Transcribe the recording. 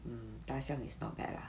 um 大象 is not bad lah